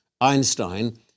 Einstein